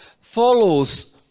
follows